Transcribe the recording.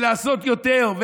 לעשות יותר,